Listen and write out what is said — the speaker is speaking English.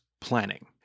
planning